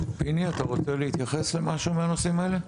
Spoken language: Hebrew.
פיני, אתה רוצה להתייחס למשהו מהנושאים האלה?